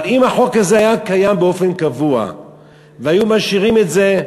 אבל אם החוק הזה היה קיים באופן קבוע והיו משאירים את זה,